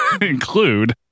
include